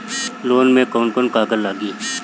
Loan में कौन कौन कागज लागी?